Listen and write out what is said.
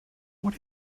what